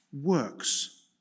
works